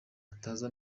ataza